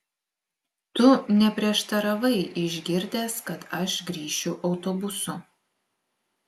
tu neprieštaravai išgirdęs kad aš grįšiu autobusu